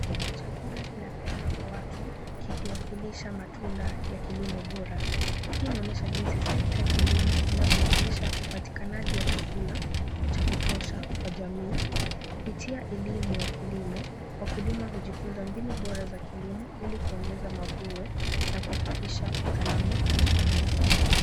Chakula kinapeanwa kwa watu kikiwakilisha matunda ya kilimo bora. Hii inaonyesha jinsi sekta ya kilimo inavyowezesha upatikanaji wa chakula cha kutosha kwa jamii. Kupitia elimu ya kilimo, wakulima hujifunza mbinu bora za kilimo, ili kuongeza mavuno na kuhakikisha usalama wa chakula.